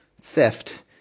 theft